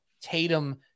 Tatum